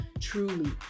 truly